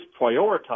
prioritize